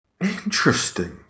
Interesting